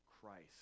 Christ